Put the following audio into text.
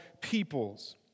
peoples